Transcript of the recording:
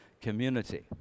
community